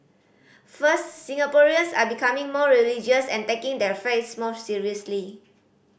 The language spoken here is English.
first Singaporeans are becoming more religious and taking their faiths more seriously